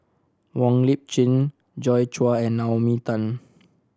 Wong Lip Chin Joi Chua and Naomi Tan